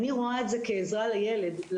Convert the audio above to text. אני רואה את זה כעזרה לקטין,